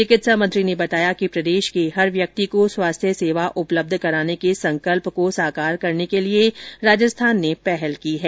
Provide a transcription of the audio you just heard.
चिकित्सा मंत्री ने बताया कि प्रदेश के हर व्यक्ति को स्वास्थ्य सेवा उपलब्य कराने के संकल्प को साकार करने के लिए राजस्थान ने पहल की है